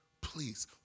please